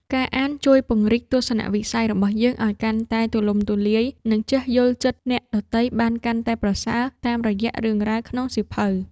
ការអានជួយពង្រីកទស្សនវិស័យរបស់យើងឱ្យកាន់តែទូលំទូលាយ និងចេះយល់ចិត្តអ្នកដទៃបានកាន់តែប្រសើរតាមរយៈរឿងរ៉ាវក្នុងសៀវភៅ។